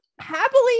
Happily